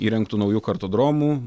įrengtų naujų kartodromų